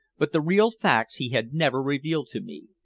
but the real facts he had never revealed to me.